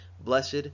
blessed